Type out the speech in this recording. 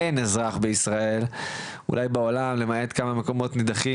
אין אזרח בישראל ואולי אפילו בעולם למעט כמה מקומות נידחים,